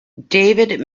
david